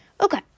Okay